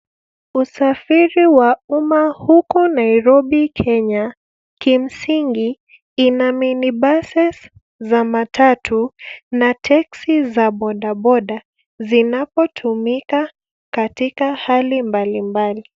Usafiri wa umma huku Nairobi Kenya kimsingi ina minibuses za matatu na teksi za bodaboda zinapotumika katika hali mbalimbali.